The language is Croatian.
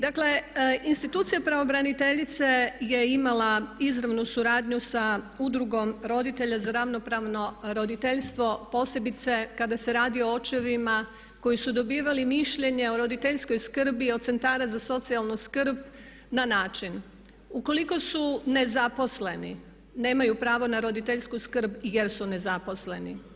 Dakle, institucija pravobraniteljice je imala izravnu suradnju sa Udrugom roditelja za ravnopravno roditeljstvo posebice kada se radi o očevima koji su dobivali mišljenje o roditeljskoj skrbi od centara za socijalnu skrb na način ukoliko su nezaposleni nemaju pravo na roditeljsku skrb jer su nezaposleni.